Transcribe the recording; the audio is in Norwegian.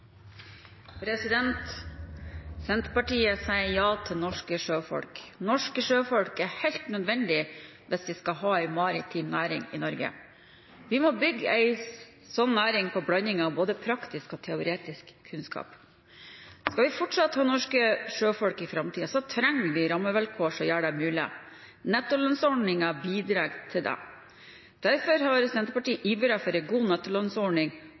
helt nødvendige hvis vi skal ha en maritim næring i Norge. Vi må bygge en sånn næring på blandingen av både praktisk og teoretisk kunnskap. Skal vi fortsatt ha norske sjøfolk i framtida, trenger vi rammevilkår som gjør det mulig. Nettolønnsordningen bidrar til det. Derfor har Senterpartiet ivret for en god nettolønnsordning,